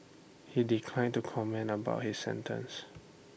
he declined to comment about his sentence